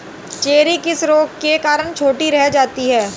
Cherry किस रोग के कारण छोटी रह जाती है?